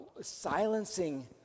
silencing